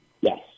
Yes